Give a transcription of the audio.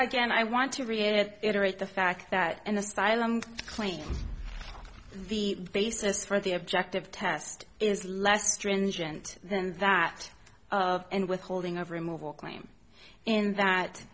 again i want to read it iterate the fact that an asylum claim the basis for the objective test is less stringent than that and withholding of removal claim in that